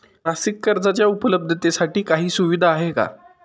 मासिक कर्जाच्या उपलब्धतेसाठी काही सुविधा आहे का?